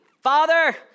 Father